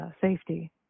safety